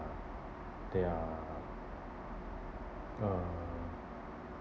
they are uh